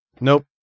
Nope